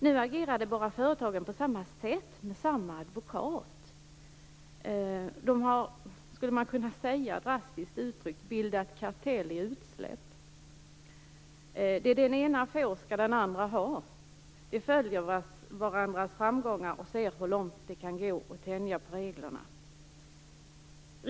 Nu agerar de båda företagen på samma sätt, med samma advokat. De har, skulle man drastiskt kunna säga, bildat kartell i utsläpp. Det den ena får skall den andra ha. De följer varandras framgångar och ser hur långt det kan gå att tänja på reglerna.